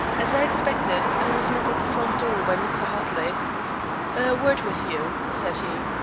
as i expected, i was met at the front door by mr. hartley. a word with you, said he.